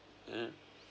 hmm